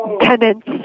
tenants